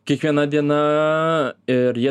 kiekviena diena ir jie